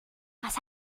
was